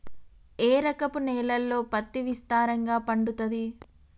ఏ రకపు నేలల్లో పత్తి విస్తారంగా పండుతది?